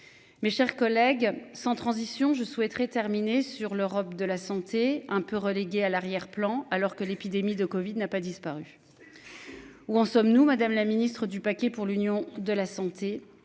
Mes chers collègues. Sans transition, je souhaiterais terminer sur l'Europe de la santé un peu relégué à l'arrière-plan alors que l'épidémie de Covid, n'a pas disparu. Où en sommes-nous. Madame la Ministre du paquet pour l'union de la santé.